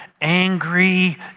angry